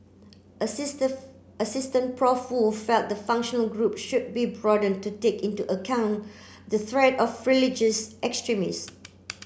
Prof Woo felt the functional group should be broadened to take into account the threat of religious